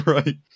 Right